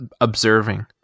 observing